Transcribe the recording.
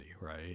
right